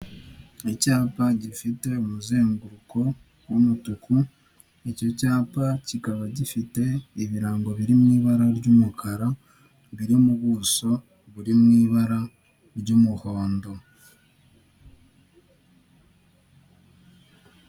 Icyapa gifite umuzenguruko w'umutuku icyo cyapa kikaba gifite ibirango biri mu ibara ry'umukara biri mu buso buri mu ibara ry'umuhondo.